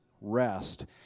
rest